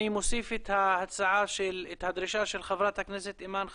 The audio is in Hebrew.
אני מוסיף את הדרישה של חברת הכנסת אימאן ח'טיב,